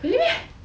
really meh